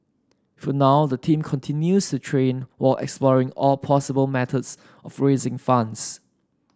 for now the team continues to train while exploring all possible methods of raising funds